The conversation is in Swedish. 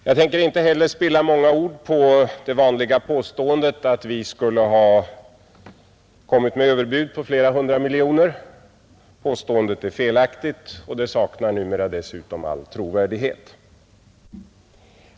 Jag tänker inte heller spilla många ord på att bemöta det vanliga påståendet att vi skulle ha lagt fram överbud på flera hundra miljoner kronor; påståendet är felaktigt och det saknar dessutom numera all trovärdighet.